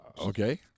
Okay